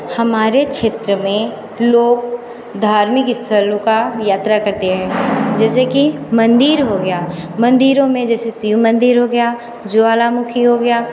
हमारे क्षेत्र में लोग धार्मिक स्थल का यात्रा करते हैं जैसे की मंदिर हो गया मंदिरों में जैसे शिव मंदिर हो गया ज्वालामुखी हो गया